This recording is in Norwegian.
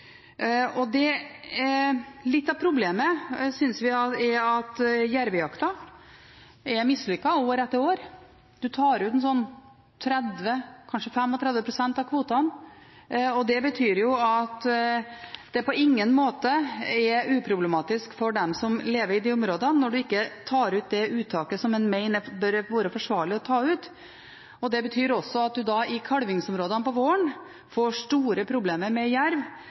Litt av problemet synes vi er at jervejakten er mislykket år etter år, man tar ut kun 30–35 pst. av kvoten. Det betyr at det på ingen måte er uproblematisk for dem som lever i de områdene, når man ikke tar ut det uttaket som man mener bør være forsvarlig å ta ut. Det betyr også at man i kalvingsområdene om våren får store problemer med jerv